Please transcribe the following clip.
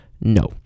No